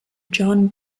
john